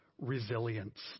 resilience